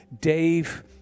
Dave